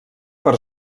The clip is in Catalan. per